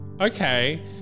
Okay